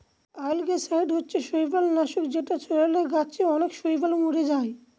অয়েলগেসাইড হচ্ছে শৈবাল নাশক যেটা ছড়ালে গাছে অনেক শৈবাল মোরে যায়